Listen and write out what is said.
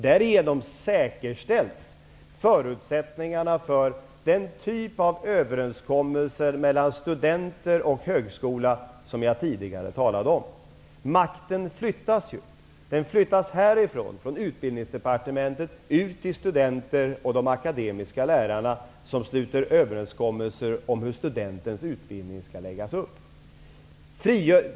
Därigenom säkerställs förutsättningarna för den typ av överenskommelser mellan studenter och högskola som jag tidigare talade om. Makten flyttas härifrån -- från Utbildningsdepartementet -- ut till studenter och till de akademiska lärarna som sluter överenskommelser om hur studentens utbildning skall läggas upp.